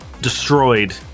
destroyed